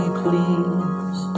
please